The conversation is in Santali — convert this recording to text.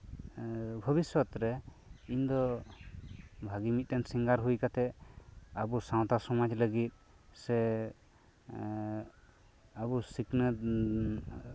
ᱵᱷᱚᱵᱤᱥᱥᱚᱛ ᱨᱮ ᱤᱧ ᱫᱚ ᱵᱷᱟᱜᱮ ᱢᱤᱫᱴᱮᱱ ᱥᱤᱝᱜᱟᱨ ᱦᱩᱭᱠᱟᱛᱮᱫ ᱟᱵᱚ ᱥᱟᱶᱛᱟ ᱥᱚᱢᱟᱡ ᱞᱟᱹᱜᱤᱫ ᱥᱮ ᱟᱵᱚ ᱥᱤᱠᱷᱱᱟᱹᱛ